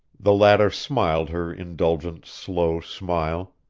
the latter smiled her indulgent, slow smile.